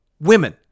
women